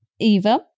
Eva